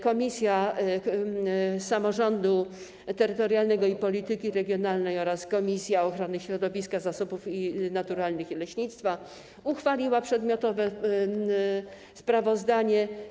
Komisja Samorządu Terytorialnego i Polityki Regionalnej oraz Komisja Ochrony Środowiska Zasobów Naturalnych i Leśnictwa uchwaliły przedmiotowe sprawozdanie.